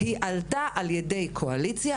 היא עלתה על ידי קואליציה,